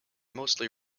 mostly